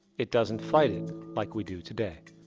it doesn't fight it, like we do today.